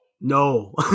No